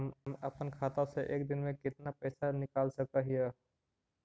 हम अपन खाता से एक दिन में कितना पैसा निकाल सक हिय?